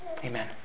Amen